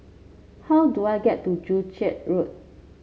how do I get to Joo Chiat Road